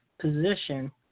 position